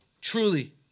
truly